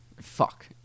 Fuck